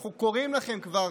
אנחנו קוראים לכם כבר